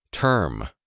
Term